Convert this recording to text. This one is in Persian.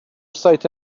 سایت